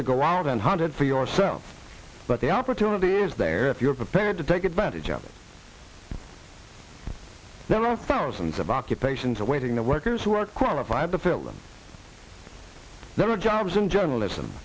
to go out and hunted for yourself but the opportunity is there if you're prepared to take advantage of it there are thousands of occupations awaiting the workers who are qualified to fill them there are jobs in journalism